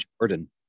Jordan